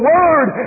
Word